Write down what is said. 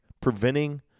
preventing